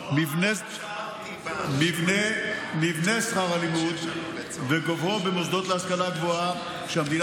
מבנה שכר הלימוד וגובהו במוסדות להשכלה גבוהה שהמדינה